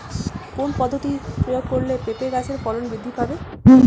কোন পদ্ধতি প্রয়োগ করলে পেঁপে গাছের ফলন বৃদ্ধি পাবে?